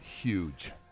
huge